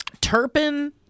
Turpin